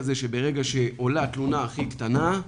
שברגע שעולה תלונה הכי קטנה,